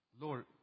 Lord